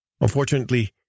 Unfortunately